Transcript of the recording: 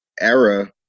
era